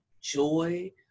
joy